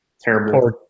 terrible